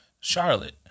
Charlotte